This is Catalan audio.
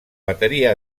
bateria